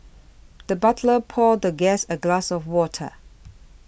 the butler poured the guest a glass of water